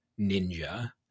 ninja